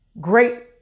great